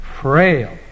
frail